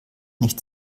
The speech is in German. nicht